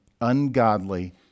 ungodly